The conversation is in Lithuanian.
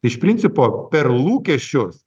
iš principo per lūkesčius